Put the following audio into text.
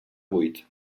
vuit